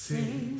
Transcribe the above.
Sing